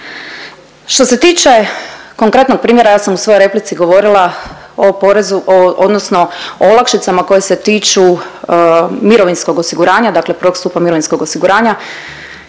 Što se tiče konkretnog primjera, ja sam u svojoj replici govorila o porezu o, odnosno olakšicama koje se tiču mirovinskog osiguranja dakle prvog stupa mirovinskog osiguranja.